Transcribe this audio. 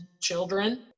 children